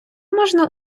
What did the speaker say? можна